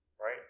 right